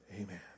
Amen